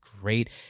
great